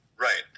Right